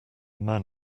man